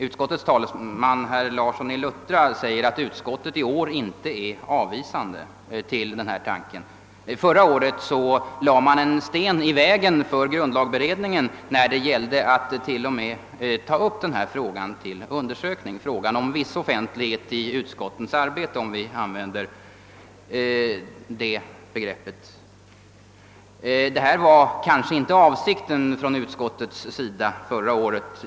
Utskottets talesman, herr Larsson i Luttra, säger att utskottet i år inte är avvisande till den framförda tanken. Förra året lade utskottet en sten i vägen för grundlagberedningen t.o.m. när det gällde att ta upp frågan om viss offentlighet i utskottens arbete till utredning. Det var kanske inte avsikten från utskottets sida förra året.